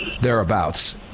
thereabouts